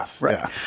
right